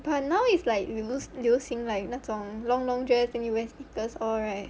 but now it's like we 流流行 like 那种 long long dress then you wear sneakers all right